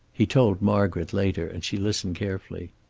he told margaret, later, and she listened carefully.